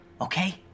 okay